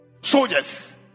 soldiers